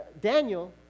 Daniel